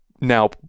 now